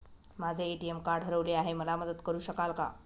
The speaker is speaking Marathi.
माझे ए.टी.एम कार्ड हरवले आहे, मला मदत करु शकाल का?